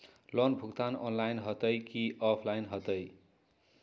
Loan भुगतान online होतई कि ऑफलाइन होतई?